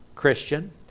Christian